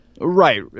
right